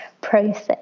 process